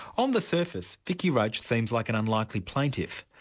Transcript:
on the surface, vicki roach seems like an unlikely plaintiff,